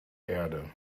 erde